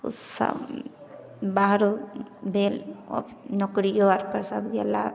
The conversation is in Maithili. बाहरो भेल औ नौकरिओ आरपर सभ गेलाह